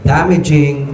Damaging